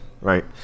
right